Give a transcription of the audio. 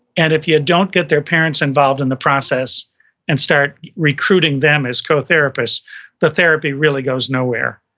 and if you don't get their parents involved in the process and start recruiting them as co-therapists the therapy really goes nowhere.